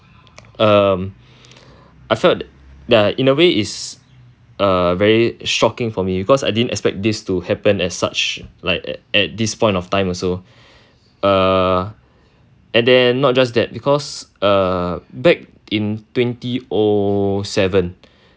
um I felt that ya in a way is uh very shocking for me because I didn't expect this to happen at such like at this point of time also uh and then not just that because back in twenty O seven